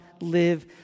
live